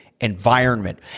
environment